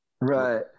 Right